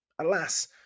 Alas